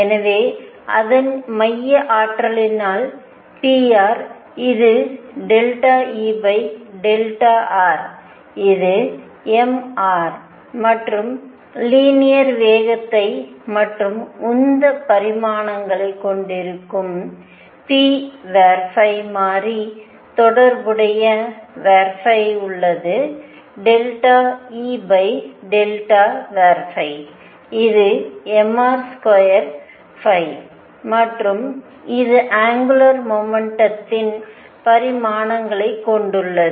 எனவே அதன் மைய ஆற்றலிலான pr இது ∂E ∂r ̇ இது mṙ மற்றும் லீனியர் வேகத்தை மற்றும் உந்த பரிமாணங்களைக் கொண்டிருக்கும் p மாறி தொடர்புடைய உள்ளது ∂E ∂φ ̇ இது mr2ϕ ̇ மற்றும் இது அங்குலார் மொமெண்டத்தின் பரிமாணங்களைக் கொண்டுள்ளது